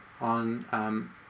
on